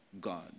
God